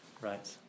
Right